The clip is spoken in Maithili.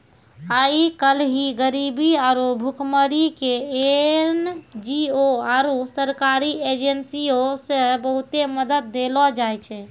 आइ काल्हि गरीबी आरु भुखमरी के एन.जी.ओ आरु सरकारी एजेंसीयो से बहुते मदत देलो जाय छै